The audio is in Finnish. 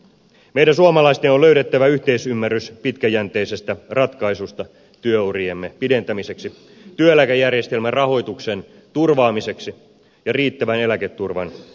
meidän suomalaisten on löydettävä yhteisymmärrys pitkäjänteisestä ratkaisusta työuriemme pidentämiseksi työeläkejärjestelmän rahoituksen turvaamiseksi ja riittävän eläketurvan varmistamiseksi